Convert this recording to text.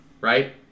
right